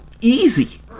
easy